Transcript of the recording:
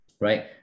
right